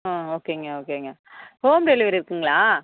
ஆ ஓகேங்க ஓகேங்க home delivery இருக்குதுங்களா